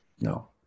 No